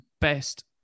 best